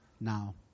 now